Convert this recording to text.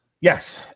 yes